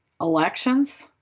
elections